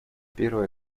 первое